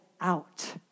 out